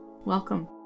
Welcome